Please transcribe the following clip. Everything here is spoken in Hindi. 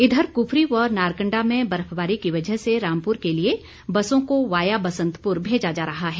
इधर कुफरी व नारकंडा में बर्फबारी की वजह से रामपुर के लिए बसों को वाया बसन्तपुर भेजा जा रहा है